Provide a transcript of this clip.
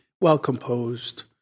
well-composed